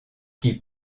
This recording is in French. qui